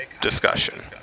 discussion